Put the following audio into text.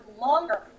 longer